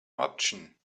option